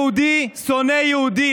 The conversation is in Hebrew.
יהודי שונא יהודי.